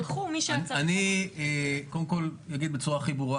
אני אגיד בצורה הכי ברורה,